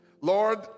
Lord